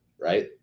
Right